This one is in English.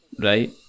right